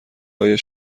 های